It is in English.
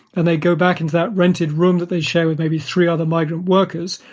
and they go back into that rented room that they share with maybe three other migrant workers,